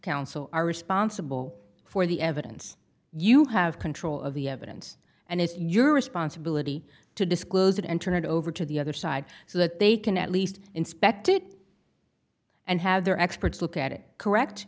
counsel are responsible for the evidence you have control of the evidence and it's your responsibility to disclose it and turn it over to the other side so that they can at least inspect it and have their experts look at it correct